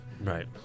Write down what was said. Right